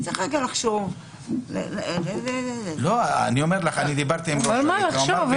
צריך קודם לחשוב על זה --- על מה לחשוב?